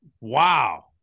Wow